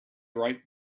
right